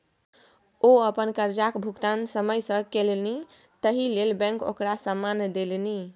ओ अपन करजाक भुगतान समय सँ केलनि ताहि लेल बैंक ओकरा सम्मान देलनि